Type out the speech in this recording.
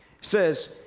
says